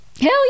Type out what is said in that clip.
Hell